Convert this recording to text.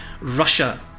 Russia